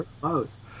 close